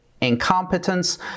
incompetence